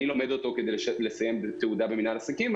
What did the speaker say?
אני לומד אותו כדי לסיים תעודה במינה לעסקים,